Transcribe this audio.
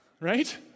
Right